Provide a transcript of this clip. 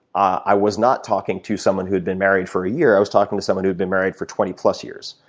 i was not talking to someone who had been married for a year. i was talking to someone who had been married for twenty plus years.